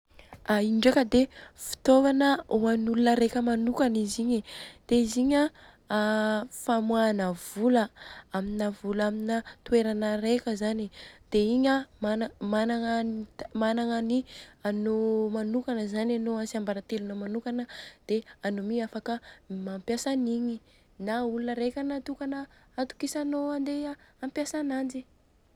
A io ndreka dia fitaovana ho an'olona reka manokana izy igny. Dia izy igny an famohana vola amina vola amina toerana reka zany. Dia igny a managna managna ny anô manokana zany anô tsiambaraletelonô manokana dia anô mi afaka mampiasa anigny, na olona rena natôkana atokisanô ampiasa ananjy.